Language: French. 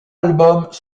albums